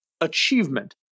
achievement